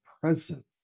present